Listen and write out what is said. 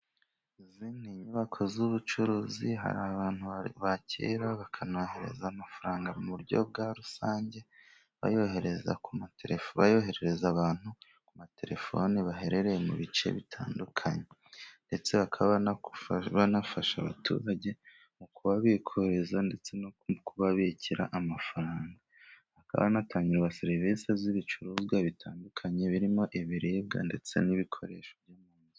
Izi ni inyubako z'ubucuruzi. Hari abantu bakira bakanohereza amafaranga mu buryo bwa rusange, bayohereza ku abantu ku matelefoni bahererereye mu bice bitandukanye. Ndetse bakaba banafasha abaturage mu kubabikuriza ndetse no kubabikira amafaranga. Hakaba hanatangirwa serivisi z'ibicuruzwa bitandukanye birimo ibiribwa ndetse n'ibikoresho.